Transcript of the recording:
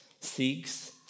seeks